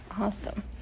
Awesome